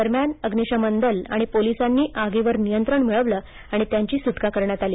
दरम्यान अग्निशमन दल आणि पोलिसांनी आगीवर नियंत्रण मिळवलं आणि त्यांची सुटका करण्यात आली